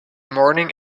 morning